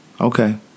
Okay